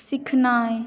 सिखनाइ